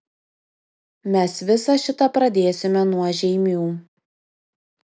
mes visą šitą pradėsime nuo žeimių